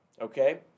Okay